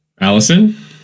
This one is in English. Allison